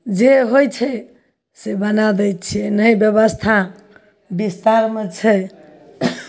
जे होइत छै से बना दै छियै नहि ब्यवस्था बिस्तारमे छै